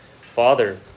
father